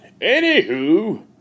Anywho